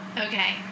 Okay